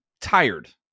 tired